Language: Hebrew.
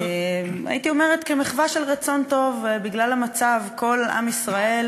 הייתי אומרת כמחווה של רצון טוב בגלל המצב: כל עם ישראל